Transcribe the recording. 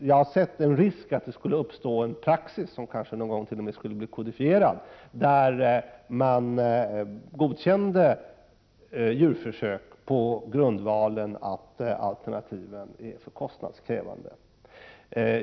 Jag har sett en risk för att det skall uppstå en praxis som kanske t.o.m. någon gång skulle bli kodifierad, där djurförsök godkändes på grundval av att alternativen var för kostnadskrävande.